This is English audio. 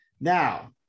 Now